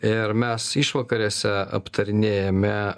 ir mes išvakarėse aptarinėjame